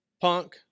punk